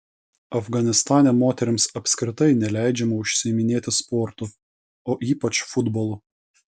afganistane moterims apskritai neleidžiama užsiiminėti sportu o ypač futbolu